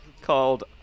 called